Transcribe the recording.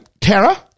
Tara